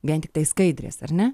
vien tiktai skaidrės ar ne